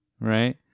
right